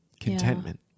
contentment